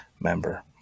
member